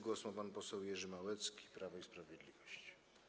Głos ma pan poseł Jerzy Małecki, Prawo i Sprawiedliwość.